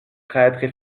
prêtres